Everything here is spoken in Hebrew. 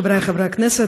חברי חברי הכנסת,